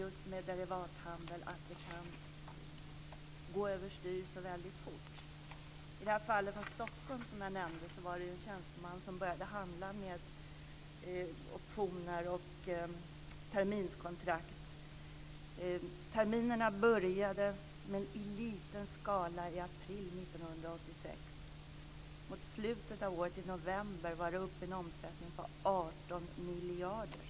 Det kan gå över styr väldigt fort. I det här fallet i Stockholm, som jag nämnde, var det en tjänsteman som började handla med optioner och terminskontrakt. Terminsaffärerna började i liten skala i april 1986. Mot slutet av året - i november - var omsättningen uppe i 18 miljarder.